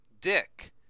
Dick